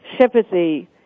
sympathy